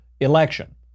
election